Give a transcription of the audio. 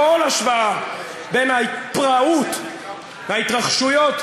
כל השוואה בין הפראות בהתרחשויות,